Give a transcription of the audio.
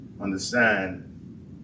understand